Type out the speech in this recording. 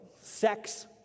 Sex